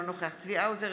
אינו נוכח צבי האוזר,